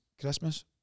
Christmas